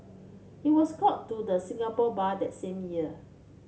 he was called to the Singapore Bar that same year